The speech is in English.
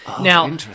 Now